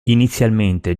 inizialmente